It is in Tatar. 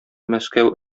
мәскәү